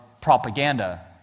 propaganda